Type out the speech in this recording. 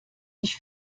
sich